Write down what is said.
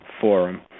forum